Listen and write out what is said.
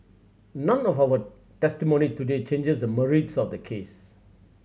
none of our testimony today changes the merits of the case